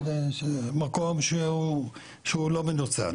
מקום שהוא לא מנוצל,